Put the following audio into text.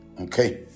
okay